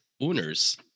owners